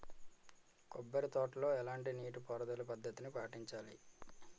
కొబ్బరి తోటలో ఎలాంటి నీటి పారుదల పద్ధతిని పాటించాలి?